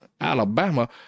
Alabama